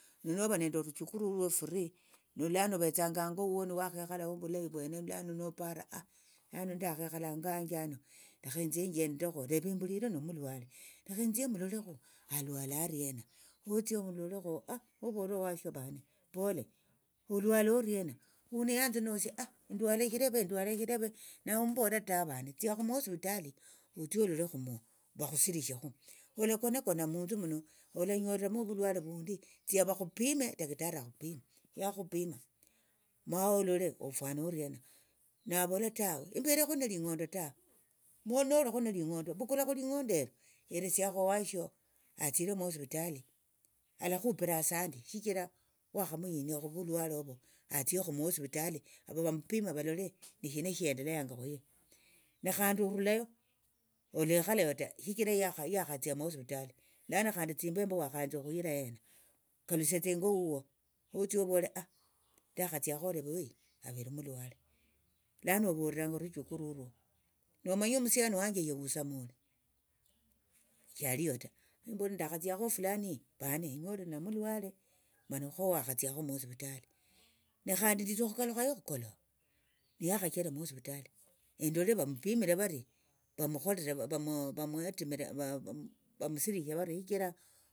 Nonova nende oruchukuu rurwo free nolano ovetsanga hango huo nuwakhekhalaho vulayi vwene lano nopara lano ndekhekhala hango hanje hano lakha enthie enjendekho leve embulire nomulwale lakha enthie emulolekhu alwala ariena motsie omulolekhu movolere owashio vane pole olwala oriena huno yanthinosie endwala eshileve endwala eshileve nawe omumbolira tawe vane tsiakhu muhosivitali otsie ololekhumo vakhusirishekhu olakona kona munthu alanyoliramu ovulwale vundi tsia vakhupime taktari akhupime yakhupima maolole ofwana oriena navola tawe emberekho neling'ondo tawe nolikho neling'ondo vukulakho ling'ondo elio hesiakhu owashio atsire muhosivitali alakhupira asanti shichira wakhamuhinia khuvulwale ovo atsie muhosivitali vamupime valole ni shina shiendelenyanga khuye nekhandi orulayo olekhalayo ta shichira yakha yakhatsia muhosivitali lano khandi tsimbemba wakhanza okhuyira hena kalusiatsa ingo huo motsie ovole ndakhatsia wa leve oyu avere omulwale lano ovoleranga oruchukuu rurwo nomanye omusiani wanje ye husamule shaliyo khemumbolera nakhatsiakho wa fulani iyi vane enyolire nomulwale mana khowakhatsiakhu muhosivitali ne khandi nditsa okhukalukhayo khukolova niyakhacherera muhosivitali endole vamupimire varie vamukholere vari vamusirishe varie shichira.